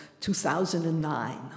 2009